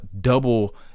double